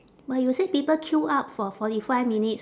but you said people queue up for forty five minutes